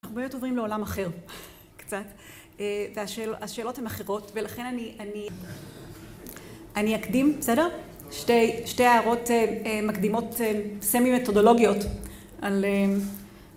אנחנו באמת עוברים לעולם אחר, קצת, והשאלות הן אחרות, ולכן אני אני אקדים, בסדר? שתי הערות מקדימות סמי-מתודולוגיות על